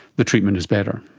the treatment is better?